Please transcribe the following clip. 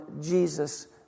Jesus